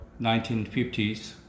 1950s